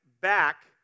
back